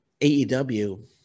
AEW